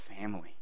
family